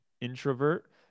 introvert